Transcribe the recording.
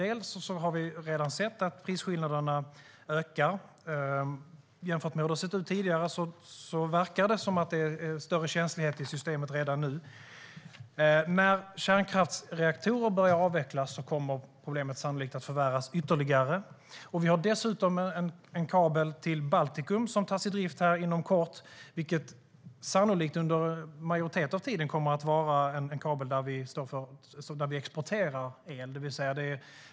Vi har redan sett att prisskillnaderna ökar. Jämfört med hur det har sett ut tidigare verkar det som om det är större känslighet i systemet redan nu. När kärnkraftsreaktorer börjar avvecklas kommer problemet sannolikt att förvärras ytterligare. Vi har dessutom en kabel till Baltikum som tas i drift inom kort. Den kommer sannolikt under en större del av tiden att vara en kabel där vi exporterar el.